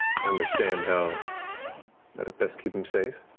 understand how to best keep them safe.